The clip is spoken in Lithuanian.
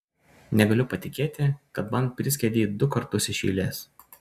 negaliu patikėti kad man priskiedei du kartus iš eilės